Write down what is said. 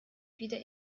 wieder